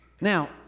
Now